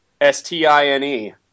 S-T-I-N-E